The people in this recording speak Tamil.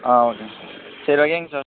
ஆ ஓகேங்க சார் சரி வைக்கேங்க சார்